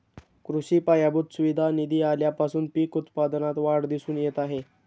कृषी पायाभूत सुविधा निधी आल्यापासून पीक उत्पादनात वाढ दिसून येत आहे